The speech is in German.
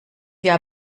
jahr